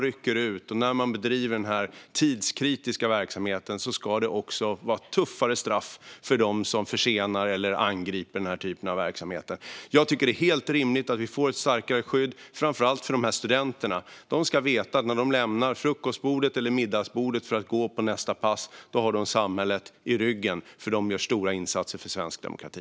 Det ska vara tuffare straff för dem som försenar eller angriper personal som rycker ut och bedriver denna tidskritiska verksamhet. Jag tycker att det är helt rimligt att vi får ett starkare skydd, framför allt för dessa studenter. De ska veta att de, när de lämnar frukost eller middagsbordet för att gå på nästa pass, har samhället i ryggen, för de gör stora insatser för svensk demokrati.